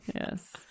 Yes